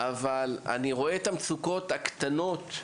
אבל אני רואה את המצוקות הקטנות,